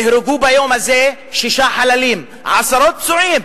ביום הזה נהרגו, היו שישה חללים, עשרות פצועים.